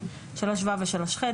3ו ו-3ח,